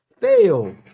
Fail